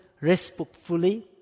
respectfully